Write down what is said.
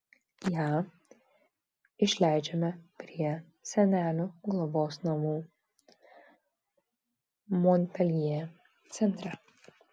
ją išleidžiame prie senelių globos namų monpeljė centre